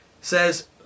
Says